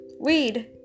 weed